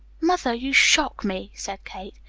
mother, you shock me, said kate.